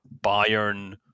Bayern